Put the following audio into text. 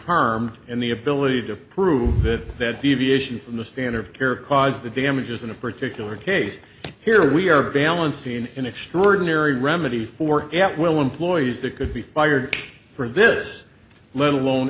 harmed in the ability to prove that that deviation from the standard of care caused the damages in a particular case here we are balancing in an extraordinary remedy for at will employees that could be fired for this let alone